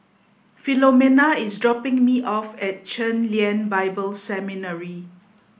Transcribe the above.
Philomena is dropping me off at Chen Lien Bible Seminary